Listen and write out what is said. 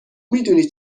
میدونی